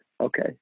Okay